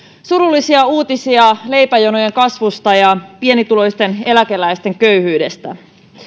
surullisia uutisia leipäjonojen kasvusta ja pienituloisten eläkeläisten köyhyydestä